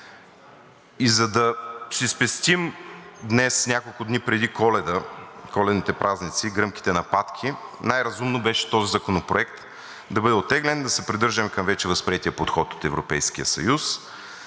И за да си спестим днес, няколко дни преди Коледа, Коледните празници, гръмките нападки, най-разумно беше този законопроект да бъде оттеглен, да се придържаме към вече възприетия подход от Европейския съюз